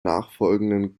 nachfolgenden